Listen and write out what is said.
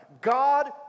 God